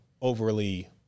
overly